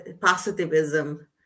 positivism